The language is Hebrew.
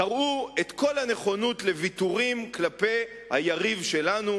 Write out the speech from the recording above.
תראו את כל הנכונות לוויתורים כלפי היריב שלנו,